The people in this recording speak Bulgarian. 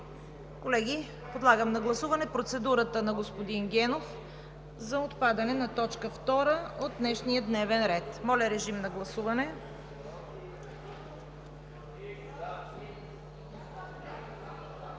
Колеги, подлагам на гласуване процедурата на господин Генов за отпадане на точка втора от днешния дневен ред. Гласували